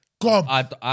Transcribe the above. God